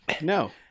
No